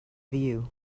view